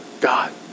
God